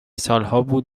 سالهابود